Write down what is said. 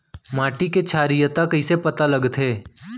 माटी के क्षारीयता कइसे पता लगथे?